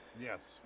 Yes